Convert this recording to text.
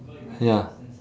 ya